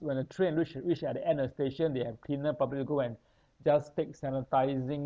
when the train reach reach at the end of the station they have cleaner probably will go and just take sanitising